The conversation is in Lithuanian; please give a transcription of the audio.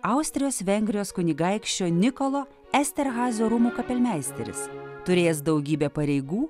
austrijos vengrijos kunigaikščio nikolo esterhazio rūmų kapelmeisteris turėjęs daugybę pareigų